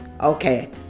okay